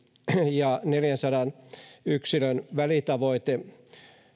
ja neljänsadan yksilön välitavoite